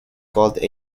called